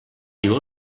diu